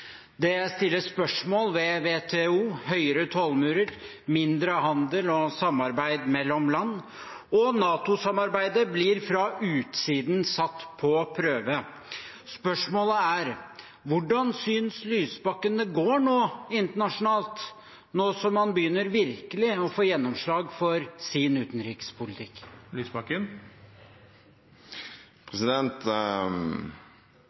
Det stilles spørsmål ved WTO, det blir høyere tollmurer og mindre handel og samarbeid mellom land, og NATO-samarbeidet blir – fra utsiden – satt på prøve. Spørsmålet er: Hvordan synes representanten Lysbakken det går internasjonalt, nå som han virkelig begynner å få gjennomslag for sin utenrikspolitikk?